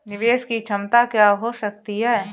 निवेश की क्षमता क्या हो सकती है?